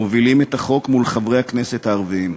מובילים את החוק מול חברי הכנסת הערבים,